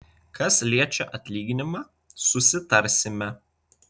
kas liečia atlyginimą susitarsime